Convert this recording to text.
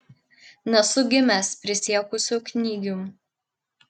nesu gimęs prisiekusiu knygium